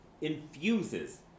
infuses